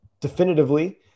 definitively